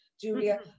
Julia